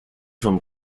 from